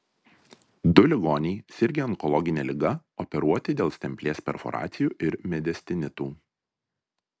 du ligoniai sirgę onkologine liga operuoti dėl stemplės perforacijų ir mediastinitų